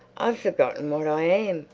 i've forgotten what i am,